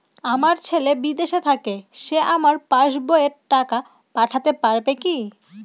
আমার ছেলে বিদেশে থাকে সে আমার পাসবই এ টাকা পাঠাতে পারবে কি?